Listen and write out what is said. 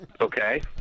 Okay